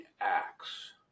acts